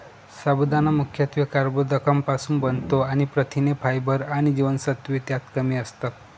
साबुदाणा मुख्यत्वे कर्बोदकांपासुन बनतो आणि प्रथिने, फायबर आणि जीवनसत्त्वे त्यात कमी असतात